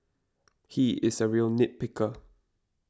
he is a real nit picker